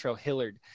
Hillard